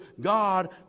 God